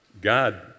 God